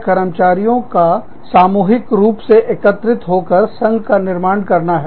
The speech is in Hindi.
यह कर्मचारियों का सामूहिक रूप से एकत्रित होकर समूह संघ का निर्माण करना है